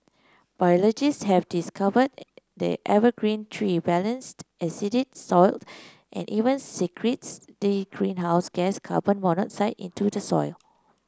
biologists have discovered the evergreen tree balanced acidic soiled and even secretes the greenhouse gas carbon monoxide into the soil